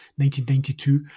1992